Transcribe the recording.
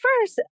first